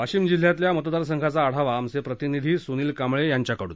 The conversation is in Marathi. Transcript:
वाशिम जिल्ह्यातल्या मतदार संघांचा आढावा आमचे प्रतिनिधी सूनील कांबळे यांच्या कडून